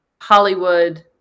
Hollywood